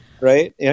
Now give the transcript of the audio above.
right